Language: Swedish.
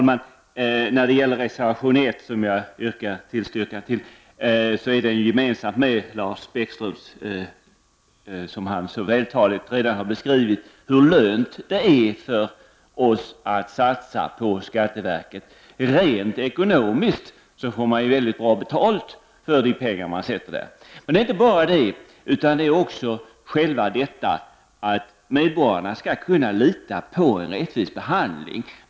Herr talman! Jag yrkar bifall till reservation 1, vars innehåll överensstämmer med vad Lars Bäckström så vältaligt har beskrivit, nämligen hur lönsamt det är att satsa på skatteverket. Rent ekonomiskt får man bra betalt för de pengar man satsar. Men det handlar också om att medborgarna skall kunna få en rättvis behandling.